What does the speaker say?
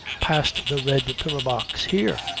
past the red pillar-box. here,